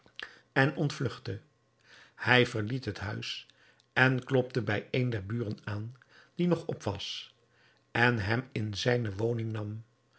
en ontvlugtte hij verliet het huis en klopte bij een der buren aan die nog op was en hem in zijne woning nam